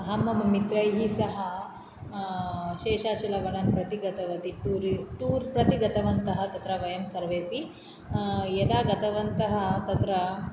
अहं मम मित्रैः सह शेषाचलवनं प्रति गतवती टूर् टूर् प्रति गतवन्तः तत्र वयं सर्वेऽपि यदा गतवन्तः तत्र